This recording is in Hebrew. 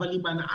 אבל היא מנעה